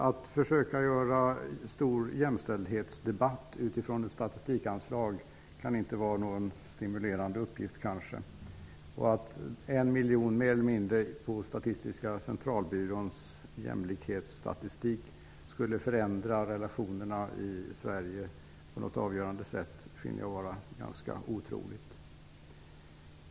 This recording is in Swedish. Att försöka skapa stor jämställdhetsdebatt utifrån ett statistikanslag kan inte vara någon stimulerande uppgift. Att en miljon mer eller mindre till Statistiska centralbyråns jämlikhetsstatistik skulle förändra relationerna i Sverige på något avgörande sätt finner jag vara ganska otroligt.